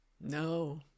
no